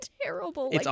terrible